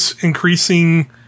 increasing